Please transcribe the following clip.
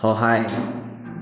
সহায়